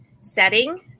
setting